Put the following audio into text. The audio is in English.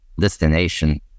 destination